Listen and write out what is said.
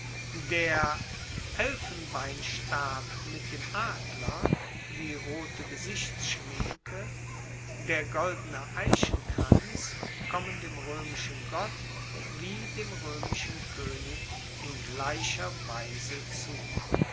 der elfenbeinstab mit dem adler die rote gesichtsschminke der goldene eichenkranz kommen dem roemischen gott wie dem roemischen koenig in gleicher weise zu